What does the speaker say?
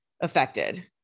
affected